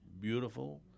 beautiful